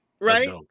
right